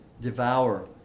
devour